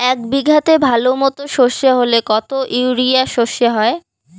এক বিঘাতে ভালো মতো সর্ষে হলে কত ইউরিয়া সর্ষে হয়?